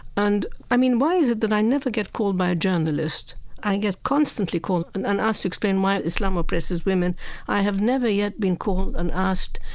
and i mean, why is it that i never get called by a journalist i get constantly called and and asked to explain why islam oppresses women i have never yet been called and asked,